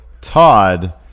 Todd